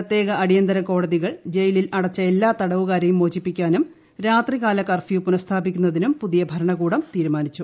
പ്രത്യേക അടിയന്തിര കോടതികൾ ജയിലൽ അടച്ച എല്ലാ തടവുകാരെയും മോജിപ്പിക്കുവാനും രാത്രികാല കർഫ്യൂ പുനസ്ഥാപിക്കുന്നതിനും പുതിയ ഭരണകൂടം തീരുമാനിച്ചു